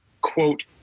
quote